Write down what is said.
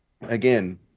again